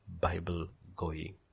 Bible-going